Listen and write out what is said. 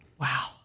Wow